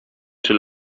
czy